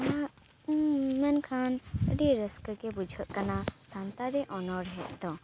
ᱚᱱᱟ ᱢᱮᱱᱠᱷᱟᱱ ᱟᱹᱰᱤ ᱨᱟᱹᱥᱠᱟᱹ ᱜᱮ ᱵᱩᱡᱷᱟᱹᱜ ᱠᱟᱱᱟ ᱥᱟᱱᱛᱟᱲᱤ ᱚᱱᱚᱲᱦᱮᱸᱫ ᱫᱚ